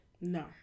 No